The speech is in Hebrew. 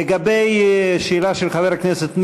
לגבי השאלה של חבר הכנסת מרגי,